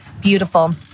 beautiful